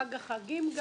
חג החגים,